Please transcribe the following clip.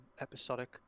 episodic